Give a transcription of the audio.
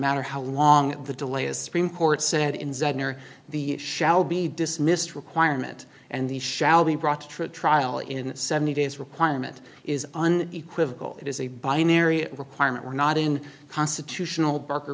matter how long the delay is supreme court said in the shall be dismissed requirement and the shall be brought to trial in seventy days requirement is an equivocal it is a binary requirement we're not in constitutional barker